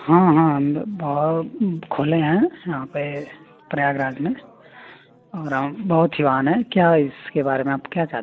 हाँ हाँ बहुत खुले हैं यहाँ पर प्रयागराज में और हाँ बहुत ही वाहन हैं क्या इसके बारे में आप क्या चाहते हैं